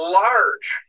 large